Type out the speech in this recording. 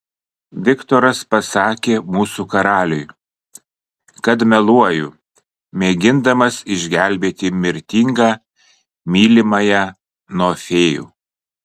viktoras pasakė mūsų karaliui kad meluoju mėgindamas išgelbėti mirtingą mylimąją nuo fėjų